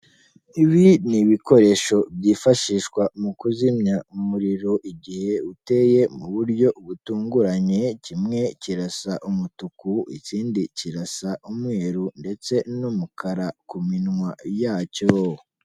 Ibi ni ibikoresho byifashishwa mu kuzimya umuriro igihe uteye mu buryo butunguranye, kimwe kirasa umutuku ikindi kirasa umweru ndetse n'umukara ku minwa yacyo.